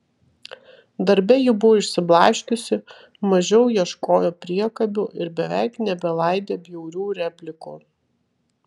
darbe ji buvo išsiblaškiusi mažiau ieškojo priekabių ir beveik nebelaidė bjaurių replikų